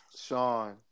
Sean